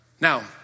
Now